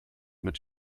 mit